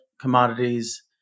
commodities